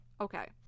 Okay